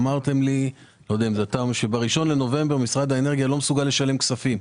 אמרתם לי שב-1 בנובמבר משרד האנרגיה לא יהיה מסוגל לשלם כספים,